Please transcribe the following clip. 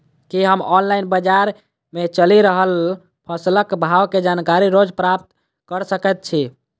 की हम ऑनलाइन, बजार मे चलि रहल फसलक भाव केँ जानकारी रोज प्राप्त कऽ सकैत छी?